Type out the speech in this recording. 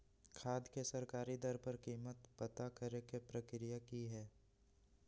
खाद के सरकारी दर पर कीमत पता करे के प्रक्रिया की हय?